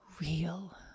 real